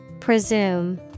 Presume